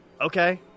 okay